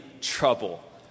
trouble